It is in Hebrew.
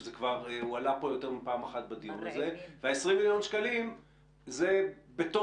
מה שהועלה בדיון כאן יותר מפעם אחת וה-20 מיליון שקלים הם בתוך